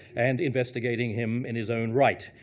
and investigating him in his own right.